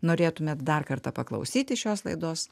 norėtumėt dar kartą paklausyti šios laidos